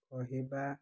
କହିବା